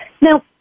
Now